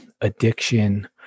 addiction